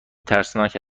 ترسناک